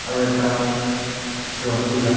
আৰু এটা ৰসগোল্লা